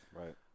Right